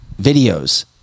videos